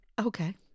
Okay